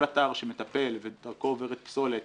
כל אתר שמטפל ודרכו עוברת פסולת